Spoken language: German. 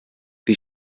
wie